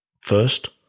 First